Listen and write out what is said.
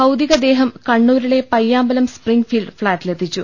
ഭൌതികദേഹം കണ്ണൂരിലെ Payyambalam Springfield ഫ്ലാറ്റിലെത്തിച്ചു